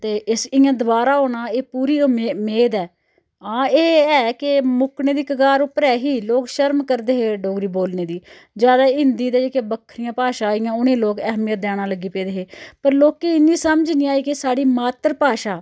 ते इस इयां दबारा होना एह पूरी मे मेद ऐ हां एह् ऐ के मुक्कने दी कगार उप्पर ऐ ही लोक शर्म करदे हे डोगरी बोलने दी ज्यादा हिंदी ते जेह्की बक्खरियां भाशां इयां उनें लोक एह्मियत देना लग्गी पेदे हे पर लोकें इन्नी समझ नी आई कि साढ़ी मात्तर भाशा